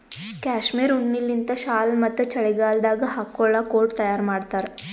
cashmere ಉಣ್ಣಿಲಿಂತ್ ಶಾಲ್ ಮತ್ತ್ ಚಳಿಗಾಲದಾಗ್ ಹಾಕೊಳ್ಳ ಕೋಟ್ ತಯಾರ್ ಮಾಡ್ತಾರ್